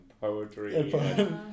poetry